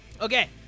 okay